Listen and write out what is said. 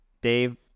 Dave